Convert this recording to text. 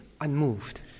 unmoved